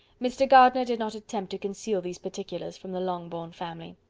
mr. gardiner did not attempt to conceal these particulars from the longbourn family.